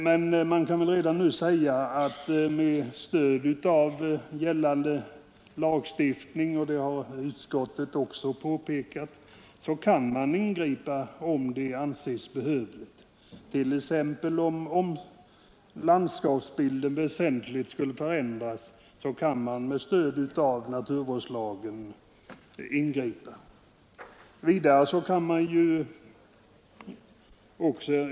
Men det kan redan nu sägas att med stöd av gällande lagstiftning — och det har utskottet också påpekat — kan man ingripa om det anses behövligt; om t.ex. landskapsbilden väsentligt skulle förändras kan med stöd av naturvårdslagen ett ingripande göras.